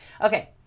Okay